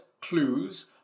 clues